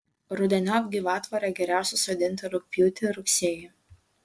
rudeniop gyvatvorę geriausia sodinti rugpjūtį ir rugsėjį